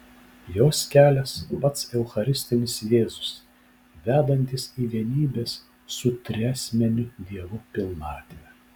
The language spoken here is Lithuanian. jos kelias pats eucharistinis jėzus vedantis į vienybės su triasmeniu dievu pilnatvę